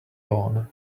lawn